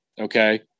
okay